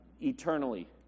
Eternally